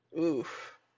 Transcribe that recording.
Oof